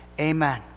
Amen